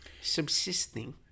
subsisting